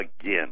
again